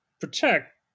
protect